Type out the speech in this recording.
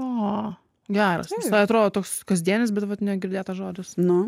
o geras atrodo toks kasdienis bet vat negirdėtas žodis nu